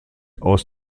aus